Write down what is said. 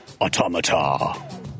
automata